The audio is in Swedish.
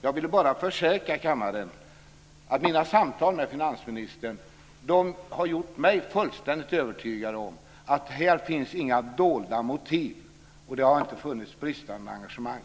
Jag ville bara försäkra kammaren om att mina samtal med finansministern har gjort mig fullständigt övertygad om att det inte finns några dolda motiv och om att det inte har varit bristande engagemang.